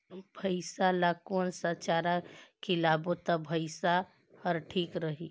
भैसा ला कोन सा चारा खिलाबो ता भैंसा हर ठीक रही?